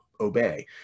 obey